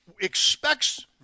expects